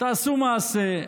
תעשו מעשה.